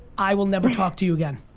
i will never talk to you again.